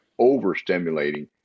overstimulating